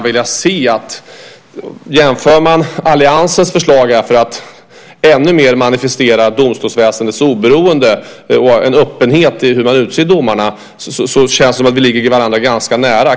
Om man jämför med alliansens förslag om att ännu mer manifestera domstolsväsendets oberoende och en öppenhet i hur man utser domarna känns det som om vi ligger ganska nära varandra.